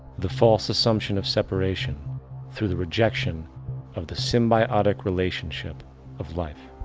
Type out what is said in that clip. the false assumption of separation through the rejection of the symbiotic relationship of life.